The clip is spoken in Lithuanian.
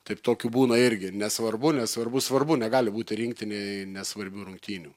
taip tokių būna irgi nesvarbu nesvarbu svarbu negali būti rinktinėje nesvarbių rungtynių